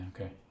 okay